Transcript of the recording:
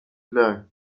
learn